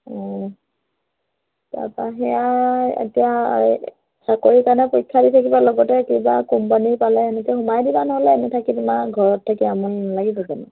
অঁ তাৰপৰা সেয়া এতিয়া চাকৰি কাৰণে পৰীক্ষা দি থাকিবা লগতে কিবা কোম্পানীৰ পালে এনেকে সোমাই দিবা নহ'লে এনেই থাকি ঘৰত থাকি তেতিয়া আমনি নালাগিব জানো